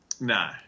No